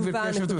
גברתי היושבת ראש,